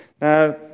Now